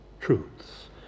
truths